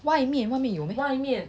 外面外面有 meh